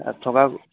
থকা